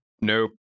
Nope